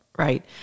Right